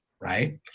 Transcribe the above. right